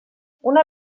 una